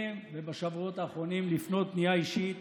ובשבועות האחרונים: לפנות בפנייה אישית